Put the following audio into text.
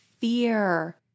fear